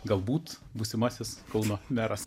galbūt būsimasis kauno meras